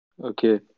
Okay